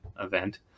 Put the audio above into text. event